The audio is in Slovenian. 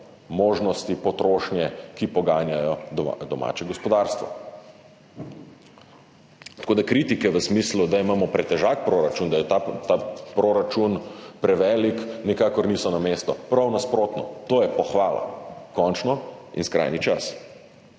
možnosti potrošnje, ki poganjajo domače gospodarstvo. Tako da kritike v smislu, da imamo pretežak proračun, da je ta proračun prevelik, nikakor niso na mestu. Prav nasprotno, to je pohvala. Končno in skrajni čas.